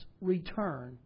return